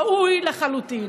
ראוי לחלוטין.